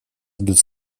ждет